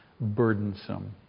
burdensome